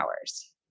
hours